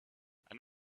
and